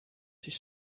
siis